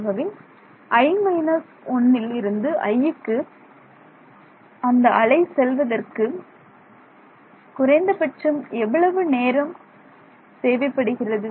ஆகவே i − 1 ல் இருந்து i க்கு அந்த அலை செல்வதற்கு குறைந்த பட்சம் எவ்வளவு நேரம் தேவைப்படுகிறது